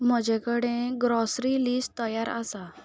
म्हजे कडेन grocery list तयार आसा